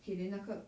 he 连那个